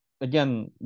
again